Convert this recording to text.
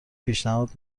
پیشنهاد